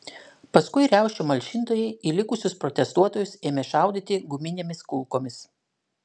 paskui riaušių malšintojai į likusius protestuotojus ėmė šaudyti guminėmis kulkomis